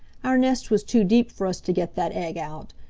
our nest was too deep for us to get that egg out.